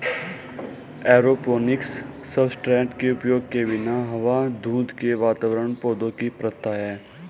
aeroponics substrate के उपयोग के बिना हवा धुंध के वातावरण पौधों की प्रथा है